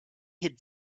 had